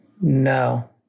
No